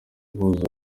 buzura